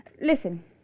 Listen